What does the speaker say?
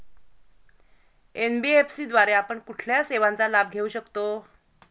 NBFC द्वारे आपण कुठल्या सेवांचा लाभ घेऊ शकतो?